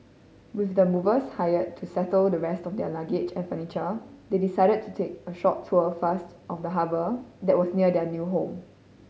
with the movers hired to settle the rest of their luggage and furniture they decided to take a short tour of the harbour that was near their new home